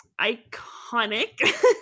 iconic